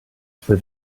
for